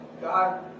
God